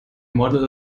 model